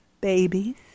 babies